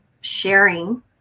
sharing